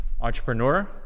Entrepreneur